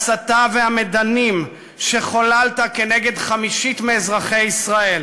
וההסתה והמדנים שחוללת כנגד חמישית מאזרחי ישראל,